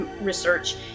research